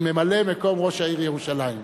ממלא-מקום ראש העיר ירושלים.